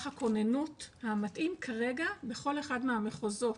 הכוננות המתאים כרגע בכל אחד מהמחוזות